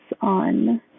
on